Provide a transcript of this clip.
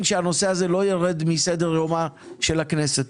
שהנושא הזה לא יירד מסדר-יומה של הכנסת.